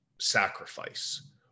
sacrifice